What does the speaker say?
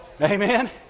Amen